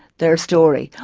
their story,